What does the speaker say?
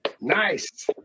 Nice